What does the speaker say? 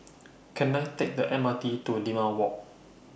Can I Take The M R T to Limau Walk